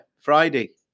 Friday